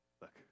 Look